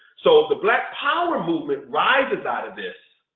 so the black power movement rises out of this,